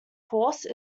force